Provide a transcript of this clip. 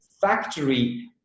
factory